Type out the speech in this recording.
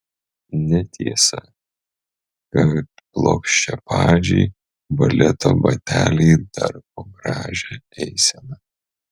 netiesa kad plokščiapadžiai baleto bateliai darko gražią eiseną